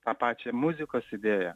tą pačią muzikos idėją